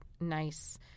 nice